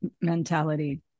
Mentality